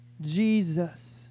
Jesus